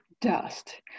dust